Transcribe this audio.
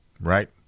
right